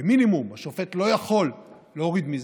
כמינימום, השופט לא יכול להוריד מזה,